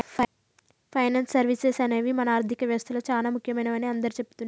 finance services అనేవి మన ఆర్థిక వ్యవస్తలో చానా ముఖ్యమైనవని అందరూ చెబుతున్నరు